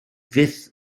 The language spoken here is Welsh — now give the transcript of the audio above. fyth